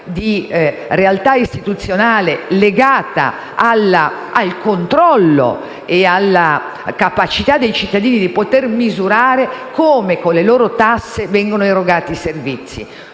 di realtà istituzionale legata al controllo e alla capacità dei cittadini di poter misurare come, attraverso le loro tasse, vengono erogati i servizi.